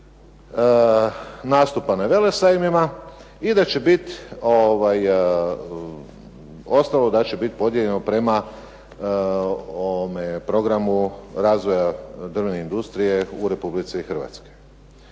nastupa na velesajmima i da će biti ostalo da će biti podijeljeno prema programu razvoja drvne industrije u Republici Hrvatskoj.